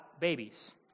babies